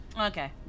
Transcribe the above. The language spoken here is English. Okay